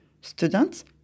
Students